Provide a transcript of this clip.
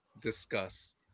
discuss